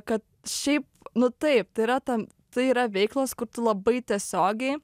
kad šiaip nu taip tai yra ta tai yra veiklos kur tu labai tiesiogiai